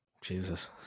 Jesus